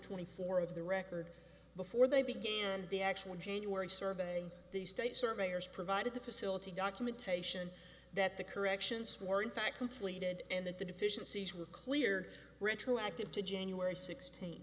twenty four of the record before they began the actual january survey the state surveyors provided the facility documentation that the corrections were in fact completed and that the deficiencies were cleared retroactive to january sixteenth